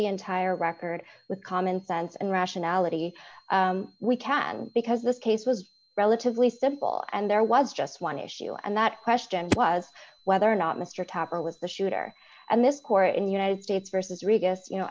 the entire record with common sense and rationality we can because this case was relatively simple and there was just one issue and that question was whether or not mr tapper was the shooter and this court in the united states versus regus you know